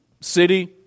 city